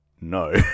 No